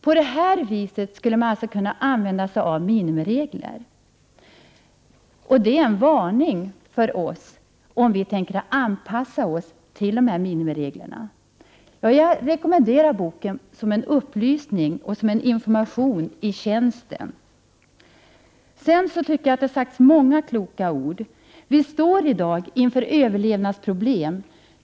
På detta vis skulle man alltså kunna använda sig av minimiregler. Detta är en varning för oss i Sverige om vi tänker anpassa oss till dessa minimiregler. Jag rekommenderar boken som upplysning och information i tjänsten. Det har i debatten sagts många kloka ord. Vi står i dag inför överlevnadsproblem.